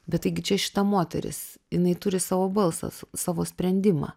bet taigi čia šita moteris jinai turi savo balsą savo sprendimą